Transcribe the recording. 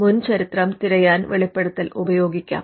മുൻ ചരിത്രം തിരയാൻ വെളിപ്പെടുത്തൽ ഉപയോഗിക്കാം